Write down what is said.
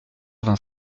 vingt